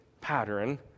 pattern